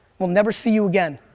we'll never see you again.